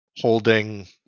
holding